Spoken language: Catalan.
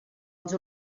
els